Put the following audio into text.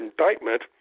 indictment